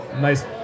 nice